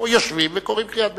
יושבים וקוראים קריאת ביניים.